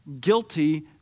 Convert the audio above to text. guilty